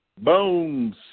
Bones